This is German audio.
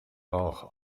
rauch